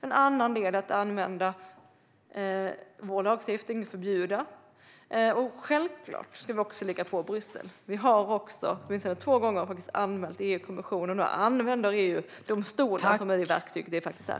En annan del är att använda vår lagstiftning till att förbjuda. Självklart ska vi också ligga på i Bryssel. Vi har, åtminstone två gånger, anmält EU-kommissionen, och vi använder EU-domstolen som det verktyg den faktiskt är.